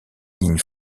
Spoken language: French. lignes